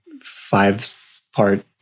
five-part